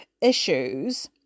issues